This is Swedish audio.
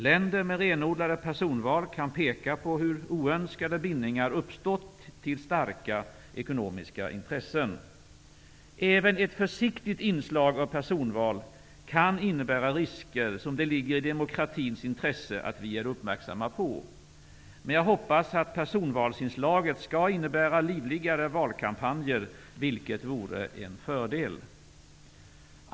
Länder med renodlade personval kan peka på hur oönskade bindningar uppstått till starka ekonomiska intressen. Även ett försiktigt inslag av personval kan innebära risker som det ligger i demokratins intresse att vi är uppmärksamma på. Men jag hoppas att personvalsinslaget skall innebära livligare valkampanjer, vilket vore en fördel.